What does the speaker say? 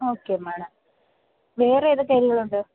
okay madam വേറെയേതൊക്കെ അരികളുണ്ട്